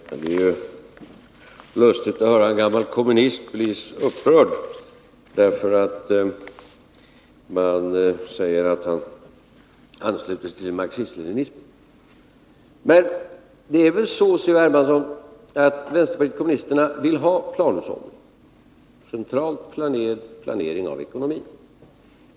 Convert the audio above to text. Herr talman! Det är ju lustigt att höra en gammal kommunist bli upprörd därför att man säger att han ansluter sig till marxism-leninismen. Men det är väl så, C.-H. Hermansson, att vänsterpartiet kommunisterna vill ha planhushållning, central planering av ekonomin?